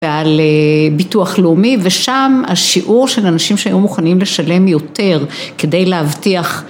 ועל ביטוח לאומי ושם השיעור של אנשים שהיו מוכנים לשלם יותר כדי להבטיח